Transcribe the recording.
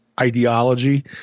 ideology